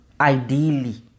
Ideally